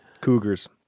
Cougars